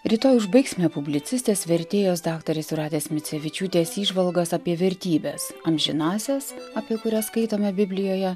rytoj užbaigsime publicistės vertėjos daktarės jūratės micevičiūtės įžvalgos apie vertybes amžinąsias apie kurias skaitome biblijoje